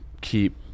keep